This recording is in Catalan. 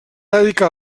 dedicar